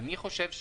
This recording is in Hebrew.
אני חושב,